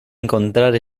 encontrar